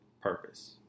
purpose